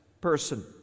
person